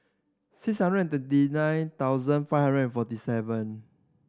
six hundred and twenty nine thousand five hundred forty seven